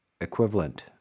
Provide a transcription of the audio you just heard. equivalent